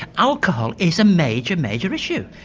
alcohol is a major major issue.